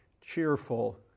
cheerful